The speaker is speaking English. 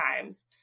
times